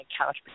couch